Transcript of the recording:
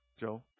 Joe